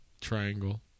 Triangle